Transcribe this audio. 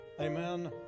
Amen